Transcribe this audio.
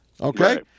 Okay